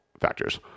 factors